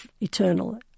eternal